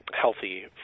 healthy